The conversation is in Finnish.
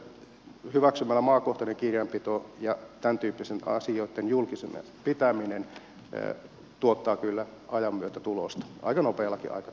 kyllä minä uskon että maakohtaisen kirjanpidon hyväksyminen ja tämäntyyppisten asioitten julkisena pitäminen tuottavat ajan myötä tulosta aika nopeallakin aikataululla